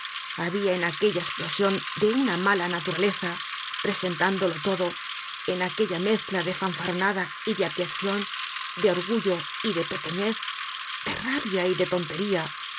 habia en aquella esplo sion de una mala naturaleza presentándolo todo en aquella mezcla de fanfarronada y de abyeccion de orgullo y de pequeñez de rabia y de tontería